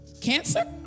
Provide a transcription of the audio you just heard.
cancer